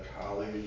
College